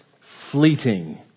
fleeting